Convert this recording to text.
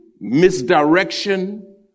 misdirection